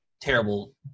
terrible